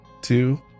two